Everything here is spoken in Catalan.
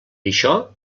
això